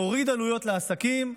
נוריד עלויות לעסקים.